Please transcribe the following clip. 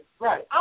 Right